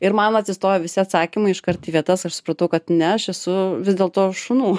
ir man atsistojo visi atsakymai iškart į vietas aš supratau kad ne aš esu vis dėl to šunų